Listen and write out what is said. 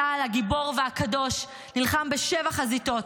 צה"ל הגיבור והקדוש נלחם בשבע חזיתות.